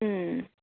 ꯎꯝ